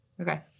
okay